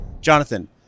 Jonathan